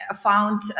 found